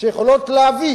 שיכולות להביא